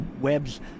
webs